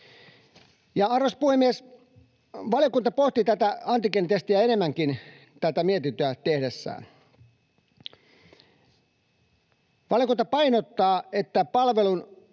Arvoisa puhemies! Valiokunta pohti tätä antigeenitestiä enemmänkin tätä mietintöä tehdessään. Valiokunta painottaa, että palvelun